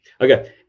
Okay